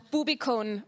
Bubikon